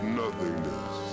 nothingness